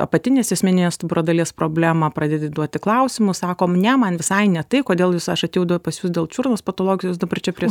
apatinės juosmeninės stuburo dalies problemą pradėti duoti klausimus sakom ne man visai ne tai kodėl jūs aš atėjau pas jus dėl čiurnos patologijos dabar čia prie